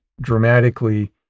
dramatically